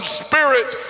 spirit